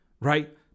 Right